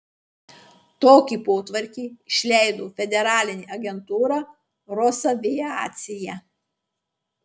tokį potvarkį išleido federalinė agentūra rosaviacija